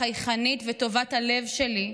החייכנית וטובת הלב שלי,